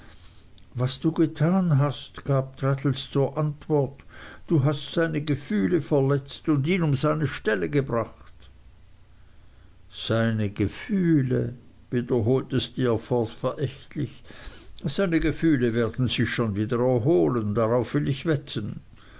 was du getan hast gab traddles zur antwort du hast seine gefühle verletzt und ihn um seine stelle gebracht seine gefühle wiederholte steerforth verächtlich seine gefühle werden sich schon wieder erholen drauf will ich wetten